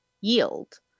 yield